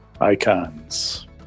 Icons